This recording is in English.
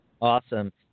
Awesome